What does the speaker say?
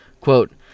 Quote